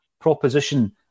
proposition